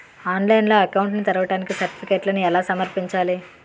ఆన్లైన్లో అకౌంట్ ని తెరవడానికి సర్టిఫికెట్లను ఎలా సమర్పించాలి?